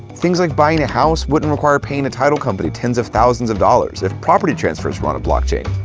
things like buying a house wouldn't require paying a title company tens of thousands of dollars if property transfers were on a blockchain.